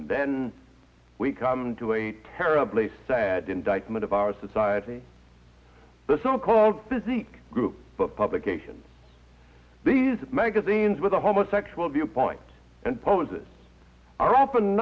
and then we come to a terribly sad indictment of our society the so called physique group of publications these magazines with the homosexual viewpoints and poses are often